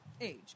age